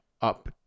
up